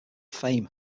fame